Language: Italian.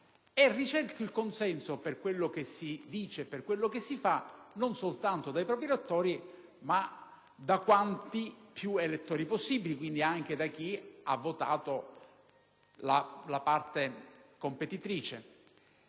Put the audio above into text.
e ricerca il consenso per quello che si dice e si fa non soltanto dei propri elettori, ma di quanti più elettori possibili e, quindi, anche di chi ha votato la parte competitrice.